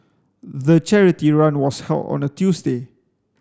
the charity run was held on a Tuesday